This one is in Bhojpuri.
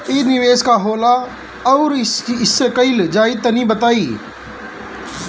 इ निवेस का होला अउर कइसे कइल जाई तनि बताईं?